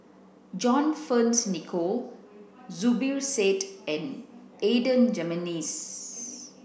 John Fearns Nicoll Zubir Said and Adan Jimenez